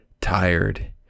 tired